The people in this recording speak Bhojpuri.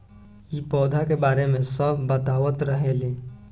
इ पौधा के बारे मे सब बतावत रहले